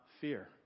fear